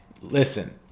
listen